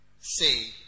say